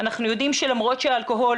אנחנו יודעים שלמרות שאלכוהול,